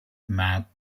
maths